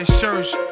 shirts